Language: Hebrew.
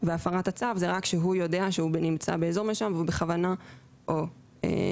בהפרת הצו זה רק שהוא יודע שהוא נמצא באזור מסוים והוא בכוונה או בטעות,